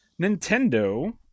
Nintendo